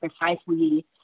precisely